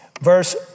Verse